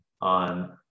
on